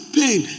pain